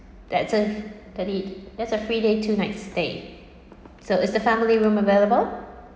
that's it thirty there is a three day two nights stay so is the family room available